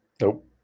Nope